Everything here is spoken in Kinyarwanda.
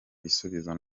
ibisubizo